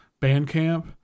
Bandcamp